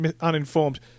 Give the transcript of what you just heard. uninformed